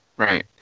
Right